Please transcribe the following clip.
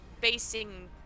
facing